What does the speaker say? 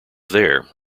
there